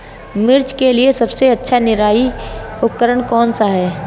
मिर्च के लिए सबसे अच्छा निराई उपकरण कौनसा है?